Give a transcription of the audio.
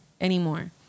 anymore